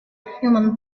human